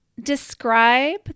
Describe